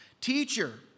Teacher